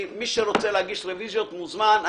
מי רוצה להגיש רביזיות, מוזמן.